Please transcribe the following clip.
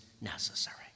necessary